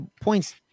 points